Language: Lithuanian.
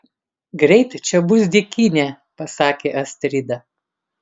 greit čia bus dykynė pasakė astrida